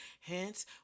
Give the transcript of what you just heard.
Hence